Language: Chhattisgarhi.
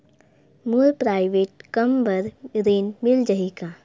मोर प्राइवेट कम बर ऋण मिल जाही का?